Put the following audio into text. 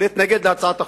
להתנגד להצעת החוק.